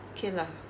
okay lah